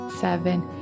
seven